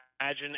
imagine